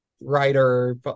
writer